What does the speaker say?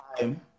time